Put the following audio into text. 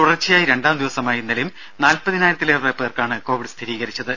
തുടർച്ചയായി രണ്ടാംദിവസവും നാല്പതിനായിരത്തിലേറെ പേർക്കാണ് കോവിഡ് സ്ഥിരീകരിച്ചത്